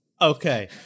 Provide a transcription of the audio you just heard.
Okay